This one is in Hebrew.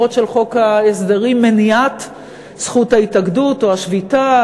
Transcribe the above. של חוק ההסדרים מניעת זכות ההתאגדות או השביתה,